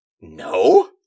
No